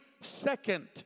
second